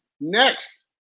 next